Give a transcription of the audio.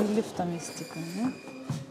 į liftą mistika ane